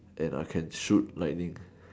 and I can shoot lightning